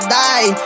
die